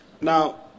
Now